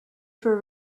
for